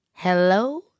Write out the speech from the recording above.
Hello